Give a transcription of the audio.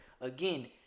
Again